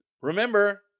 Remember